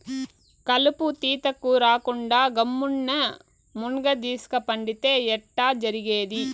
కలుపు తీతకు రాకుండా గమ్మున్న మున్గదీస్క పండితే ఎట్టా జరిగేది